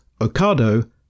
Ocado